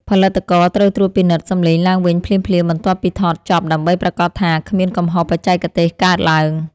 ផលិតករត្រូវត្រួតពិនិត្យសំឡេងឡើងវិញភ្លាមៗបន្ទាប់ពីថតចប់ដើម្បីប្រាកដថាគ្មានកំហុសបច្ចេកទេសកើតឡើង។